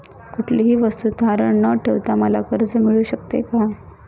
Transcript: कुठलीही वस्तू तारण न ठेवता मला कर्ज मिळू शकते का?